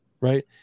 right